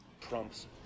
Trump's